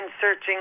searching